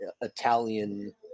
Italian